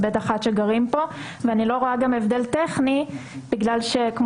לבין אנשים עם אשרה ב/1 שגרים כאן,